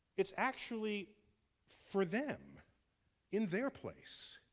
it's actually for them in their place.